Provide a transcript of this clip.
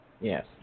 Yes